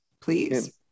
please